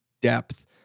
depth